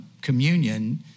communion